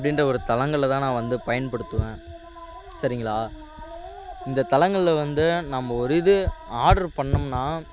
அப்படின்ற ஒரு தளங்களில் தான் நான் வந்து பயன்படுத்துவேன் சரிங்களா இந்த தளங்களில் வந்து நம்ம ஒரு இது ஆட்ரு பண்ணோம்னா